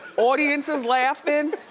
audience is laughing.